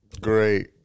Great